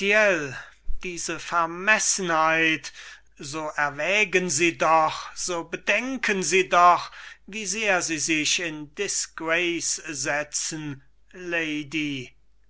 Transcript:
diese vermessenheit so erwägen sie doch so bedenken sie doch wie sehr sie sich in disgrace setzen lady